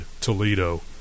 Toledo